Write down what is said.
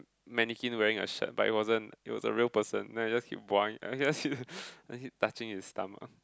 mannequin wearing a shirt but it wasn't it was a real person then I just keep I guess touching his stomach